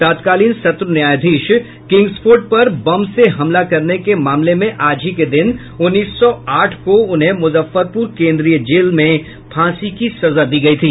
तत्कालीन सत्र न्यायाधीश किंग्सफोर्ड पर बम से हमला करने के मामले में आज ही के दिन उन्नीस सौ आठ को उन्हें मुजफ्फरपुर केन्द्रीय जेल मे फांसी की सजा दी गयी थी